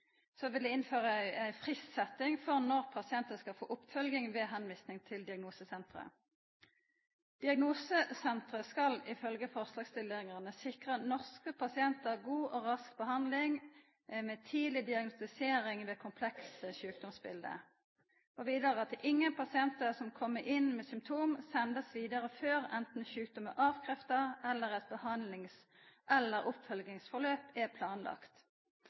vil innføra ein frist for når pasientar skal få oppfølging ved å bli vist til diagnosesentra. Diagnosesentra skal ifølgje forslagsstillarane sikra norske pasientar god og rask behandling med tidleg diagnostisering ved komplekse sjukdomsbilete. Og vidare: at ingen pasientar som kjem inn med symptom, blir sende vidare før anten sjukdom er avkrefta, eller ein behandlings- eller oppfølgingsprosess er